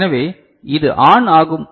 எனவே இது ஆன் ஆகும்